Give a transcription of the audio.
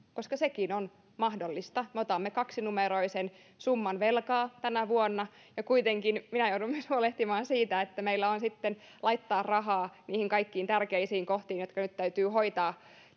koska sekin on mahdollista me otamme kaksinumeroisen summan velkaa tänä vuonna ja kuitenkin minä joudun huolehtimaan myös siitä että meillä on sitten laittaa rahaa niihin kaikkiin tärkeisiin kohtiin jotka nyt täytyy hoitaa